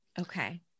Okay